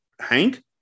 Hank